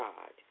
God